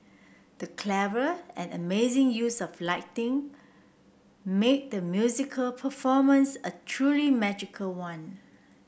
the clever and amazing use of lighting made the musical performance a truly magical one